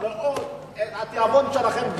התיאבון שלכם,